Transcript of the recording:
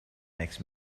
next